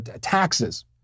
taxes